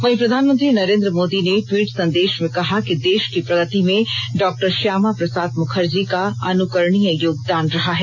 वहीं प्रधानमंत्री नरेन्द्र मोदी ने ट्वीट संदेश में कहा कि देश की प्रगति में डॉक्टर श्यामा प्रसाद मुखर्जी का अनुकरणीय योगदान रहा है